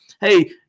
hey